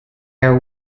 are